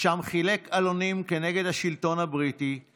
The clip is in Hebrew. ולא עושה את זה מועל בתפקידו כלפי עם ישראל.